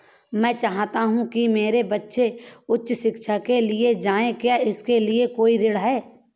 मैं चाहता हूँ कि मेरे बच्चे उच्च शिक्षा के लिए जाएं क्या इसके लिए कोई ऋण है?